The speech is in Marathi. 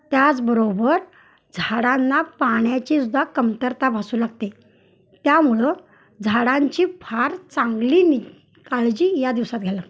त्याचबरोबर झाडांना पाण्याची सुद्धा कमतरता भासू लागते त्यामुळं झाडांची फार चांगली नि काळजी या दिवसात घ्या लागते